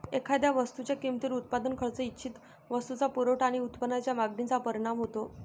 एखाद्या वस्तूच्या किमतीवर उत्पादन खर्च, इच्छित वस्तूचा पुरवठा आणि उत्पादनाच्या मागणीचा परिणाम होतो